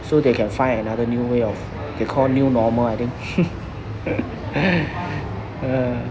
so they can find another new way of they call new normal I think